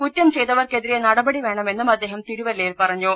കുറ്റം ചെയ്തവർക്കെതിരെ നട പടി വേണമെന്നും അദ്ദേഹം തിരുവല്ലയിൽ പറഞ്ഞു